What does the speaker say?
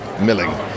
milling